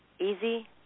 easy